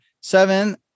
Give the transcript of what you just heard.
Seven